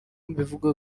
mbivugaho